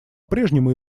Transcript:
прежнему